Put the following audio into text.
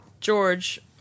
George